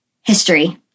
history